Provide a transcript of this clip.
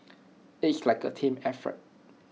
it's like A team effort